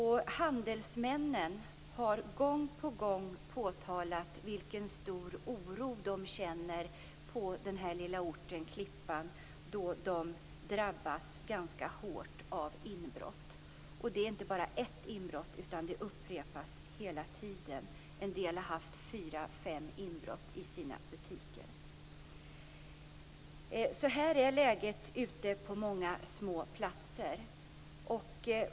Handelsmännen har gång på gång påtalat vilken stor oro de känner på den lilla orten Klippan då de drabbas ganska hårt av inbrott. Det är inte bara ett inbrott utan det upprepas hela tiden. En del har haft fyra fem inbrott i sina butiker. Så här är läget på många små platser.